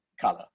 color